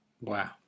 Wow